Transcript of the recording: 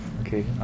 okay